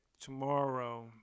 tomorrow